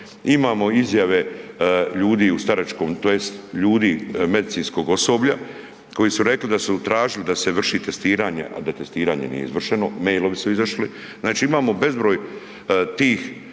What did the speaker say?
tj. ljudi, medicinskog osoblja koji su rekli da su tražili da se vrši testiranje, a da testiranje nije izvršeno, mailovi su izašli. Znači, imamo bezbroj tih okolnosti